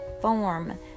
form